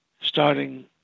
starting